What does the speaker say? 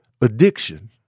Addiction